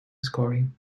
scoring